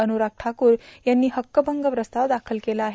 अनुराग ठाकूर यांनी हक्कभंग प्रस्ताव दाखल केला आहे